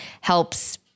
helps